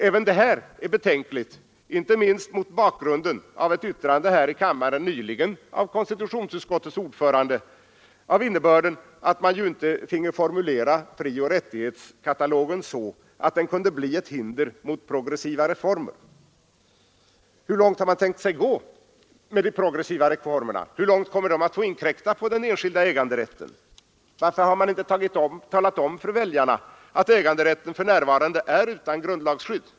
Även det här är betänkligt, inte minst mot bakgrunden av ett yttrande här i kammaren nyligen av konstitutionsutskottets ordförande av innebörd att man inte finge formulera frioch rättighetskatalogen så, att den kunde bli ett hinder mot progressiva reformer. Hur långt har man tänkt sig gå med de progressiva reformerna? Hur långt får de inkräkta på den enskilda äganderätten? Varför har man inte talat om för väljarna att äganderätten för närvarande är utan grundlagsskydd?